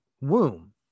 womb